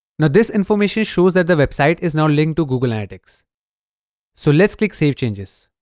now, this information shows that the website is now linked to google analytics so, let's click save changes